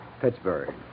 Pittsburgh